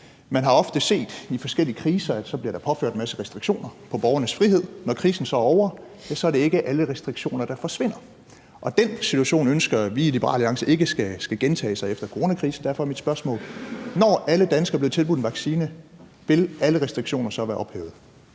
Man har ofte set i forskellige kriser, at der bliver påført en masse restriktioner på borgernes frihed. Når krisen så er ovre, er det ikke alle restriktioner, der forsvinder. Den situation ønsker vi i Liberal Alliance ikke skal gentage sig efter coronakrisen. Derfor er mit spørgsmål: Når alle danskere er blevet tilbudt en vaccine, vil alle restriktioner så være ophævet?